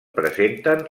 presenten